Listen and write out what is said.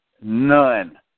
None